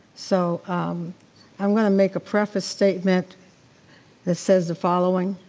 so i'm gonna make a preface statement that says the following.